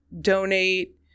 donate